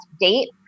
date